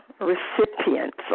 recipients